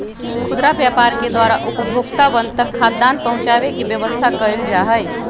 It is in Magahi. खुदरा व्यापार के द्वारा उपभोक्तावन तक खाद्यान्न पहुंचावे के व्यवस्था कइल जाहई